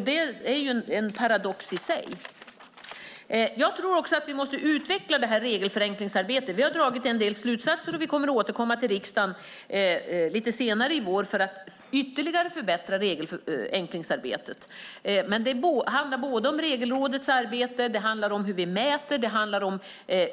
Det är en paradox i sig. Vi måste utveckla regelförenklingsarbetet. Vi har dragit en rad slutsatser. Vi kommer att återkomma till riksdagen lite senare i vår för att ytterligare förbättra regelförenklingsarbetet. Det handlar om Regelrådets arbete, hur vi mäter och